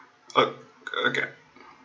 uh okay